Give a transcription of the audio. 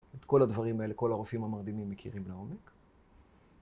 את כל הדברים האלה כל הרופאים המרדימים מכירים לעומק